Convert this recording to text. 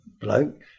bloke